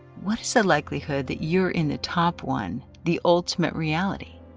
what is the likelihood that you're in the top one the ultimate reality?